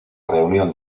reunión